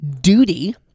duty